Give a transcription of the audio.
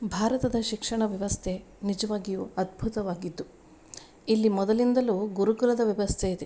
ಭಾರತದ ಶಿಕ್ಷಣ ವ್ಯವಸ್ಥೆ ನಿಜವಾಗಿಯು ಅದ್ಭುತವಾಗಿದ್ದು ಇಲ್ಲಿ ಮೊದಲಿಂದಲೂ ಗುರುಕುಲದ ವ್ಯವಸ್ಥೆ ಇದೆ